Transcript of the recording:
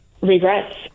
regrets